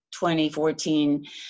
2014